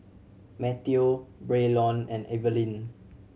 Mateo Braylon and Evelyne